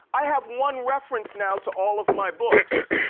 i have one reference now to all of my books.